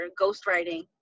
ghostwriting